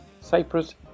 Cyprus